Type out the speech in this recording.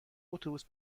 اتوبوس